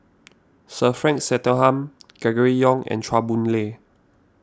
Sir Frank Swettenham Gregory Yong and Chua Boon Lay